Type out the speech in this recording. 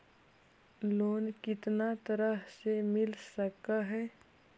Loan कितना तरह से मिल सक है?